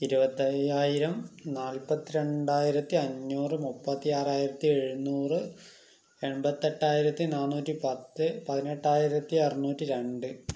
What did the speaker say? ഇരുപത്തയ്യായിരം നാല്പത്തിരണ്ടായിരത്തഞ്ഞൂറ് മുപ്പത്താറായിരത്തി എഴുന്നൂറ് എൺപത്തെട്ടായിരത്തി നാന്നൂറ്റിപ്പത്ത് പതിനെട്ടായിരത്തി അറുന്നൂറ്റി രണ്ട്